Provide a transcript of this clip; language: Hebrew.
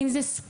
אם זה ספורט,